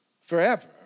forever